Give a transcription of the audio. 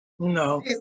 no